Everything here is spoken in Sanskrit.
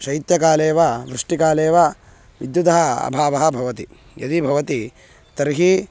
शैत्यकाले वा वृष्टिकाले वा विद्युतः अभावः भवति यदि भवति तर्हि